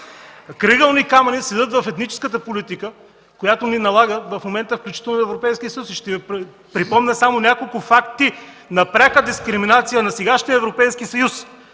крайъгълни камъни има в етническата политика, която ни налага в момента включително и Европейският съюз. Ще Ви припомня само няколко факта на пряка дискриминация от сегашния Европейски съюз